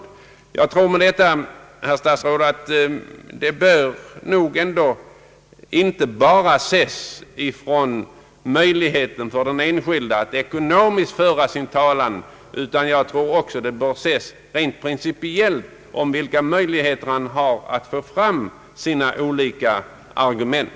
Detta bör nog, herr statsråd, inte bara ses ur möjligheten för den enskilde att ekonomiskt föra sin talan, utan jag tror att det också bör ses rent principiellt ur synpunkten om vilka möjligheter han har att föra fram sina olika argument.